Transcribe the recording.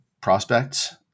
prospects